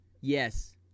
Yes